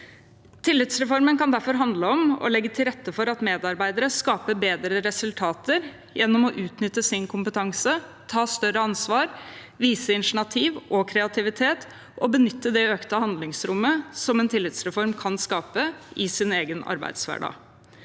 Tillitsreformen kan derfor handle om å legge til rette for at medarbeidere skaper bedre resultater gjennom å utnytte sin kompetanse, ta større ansvar, vise initiativ og kreativitet og å benytte det økte handlingsrommet som en tillitsreform kan skape, i sin egen arbeidshverdag.